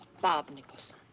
bob nicholson.